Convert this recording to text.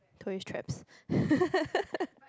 tourist traps